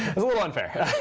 it's a little unfair.